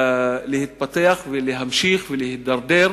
להתפתח ולהמשיך להידרדר,